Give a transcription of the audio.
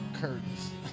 curtains